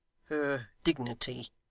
her dignity,